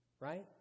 right